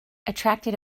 attracted